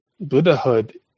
Buddhahood